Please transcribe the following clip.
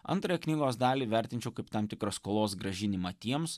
antrąją knygos dalį vertinčiau kaip tam tikros skolos grąžinimą tiems